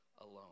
alone